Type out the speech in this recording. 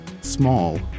small